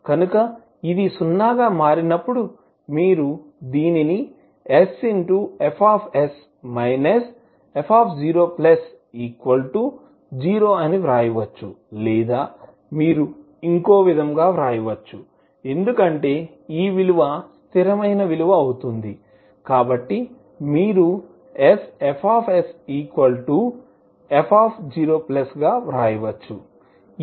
కనుక ఇది సున్నాగా మారినప్పుడు మీరు దీనిని sFs f00 అని వ్రాయవచ్చు లేదా మీరు ఇంకో విధంగా వ్రాయవచ్చు ఎందుకంటే ఈ విలువ స్థిరమైన విలువ అవుతుంది కాబట్టి మీరు sFsf0 గా వ్రాయవచ్చు